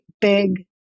big